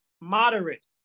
moderate